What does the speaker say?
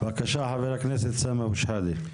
בבקשה, חבר הכנסת סמי אבו שחאדה.